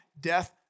death